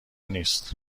نیست